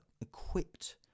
equipped